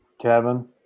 kevin